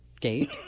gate